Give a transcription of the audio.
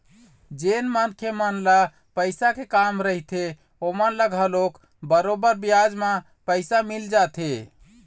जेन मनखे मन ल पइसा के काम रहिथे ओमन ल घलोक बरोबर बियाज म पइसा मिल जाथे